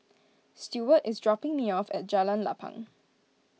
Stuart is dropping me off at Jalan Lapang